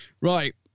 right